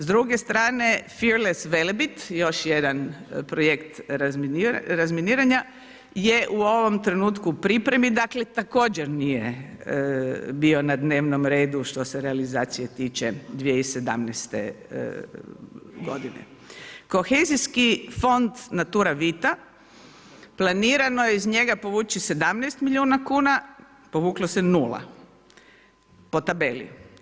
S druge strane … Velebit, još jedan projekt razminiranja, je u ovom trenutku pripremi, dakle, također nije bio na dnevnom redu, što se realizacije tiče 2017. g. Kohezijski fond Natura Vita, planirano je iz njega izvući 17 milijuna kuna, povuklo se nula, po tabeli.